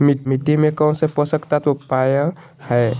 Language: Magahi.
मिट्टी में कौन से पोषक तत्व पावय हैय?